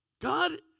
God